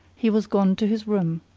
he was gone to his room,